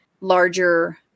larger